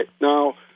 Now